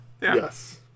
Yes